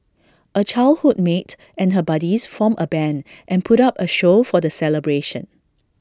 A childhood mate and her buddies formed A Band and put up A show for the celebration